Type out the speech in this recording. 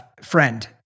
friend